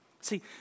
See